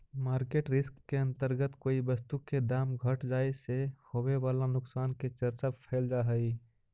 market risk के अंतर्गत कोई वस्तु के दाम घट जाए से होवे वाला नुकसान के चर्चा कैल जा हई